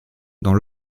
dans